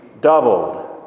doubled